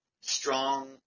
strong